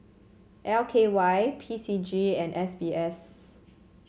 L K Y P C G and S B S